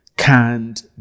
Canned